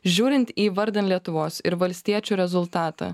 žiūrint į vardan lietuvos ir valstiečių rezultatą